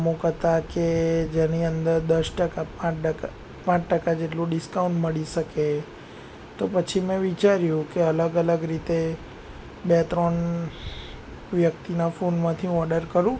અમુક હતા કે જેની અંદર દસ ટકા પાંચ ટકા પાંચ ટકા જેટલું ડિસ્કાઉન્ટ મળી શકે તો પછી મેં વિચાર્યું કે અલગ અલગ રીતે બે ત્રણ બે ત્રણ વ્યક્તિના ફોનમાંથી ઓર્ડર કરું